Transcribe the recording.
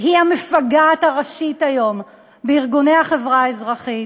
היא המפגעת הראשית היום בארגוני החברה האזרחית,